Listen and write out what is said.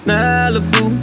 Malibu